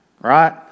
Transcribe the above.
right